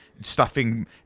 stuffing